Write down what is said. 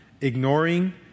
ignoring